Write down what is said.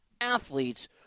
athletes